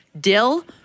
dill